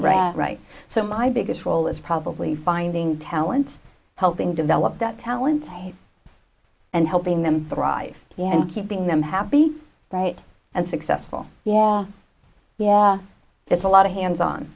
right right so my biggest role is probably finding talent helping develop that talent and helping them thrive and keeping them happy bright and successful that's a lot of hands on